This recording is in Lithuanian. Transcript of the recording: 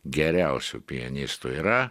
geriausių pianistų yra